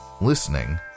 listening